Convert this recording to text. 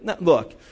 Look